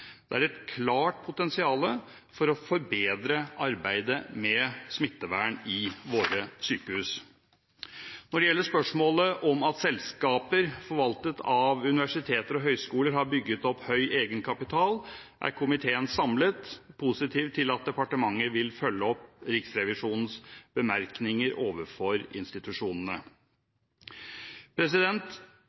Det er et klart potensial for å forbedre arbeidet med smittevern i våre sykehus. Når det gjelder spørsmålet om at selskaper forvaltet av universiteter og høyskoler har bygget opp høy egenkapital, er komiteen samlet positiv til at departementet vil følge opp Riksrevisjonens bemerkninger overfor institusjonene.